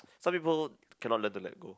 some people cannot learn to let go